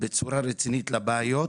רציני לבעיות.